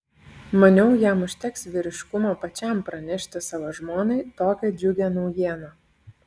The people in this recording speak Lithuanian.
maniau jam užteks vyriškumo pačiam pranešti savo žmonai tokią džiugią naujieną